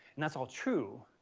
and that's all true,